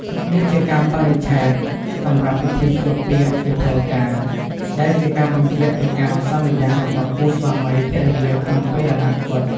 នេះជាកាលបរិច្ឆេទសម្រាប់ធ្វើពិធីភ្ជាប់ពាក្យជាផ្លូវការ ដែលជាការបញ្ជាក់ពីការសន្យារបស់គូស្វាមីភរិយាក្នុងពេលអនាគត។